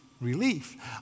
relief